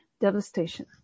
Devastation